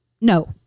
no